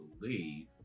believe